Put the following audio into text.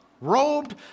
robed